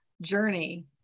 journey